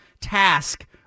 task